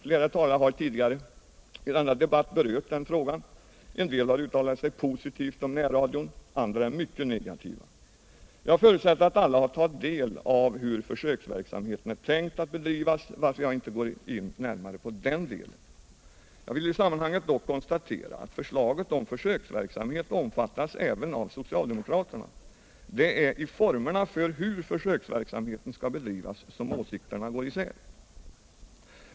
Flera talare har tidigare i denna debatt berört den frågan, en del har uttalat sig positivt om närradion, andra är mycket negativa. Jag förutsätter att alla har tagit del av hur försöksverksamheten är tänkt att bedrivas, varför jag inte går in närmare på den delen. Jag vill i sammanhanget dock konstatera att förslaget om försöksverksamhet omfattas även av socialdemokraterna. Det är i fråga om formerna för hur försöksverksamheten skall bedrivas som åsikterna går isär.